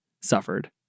suffered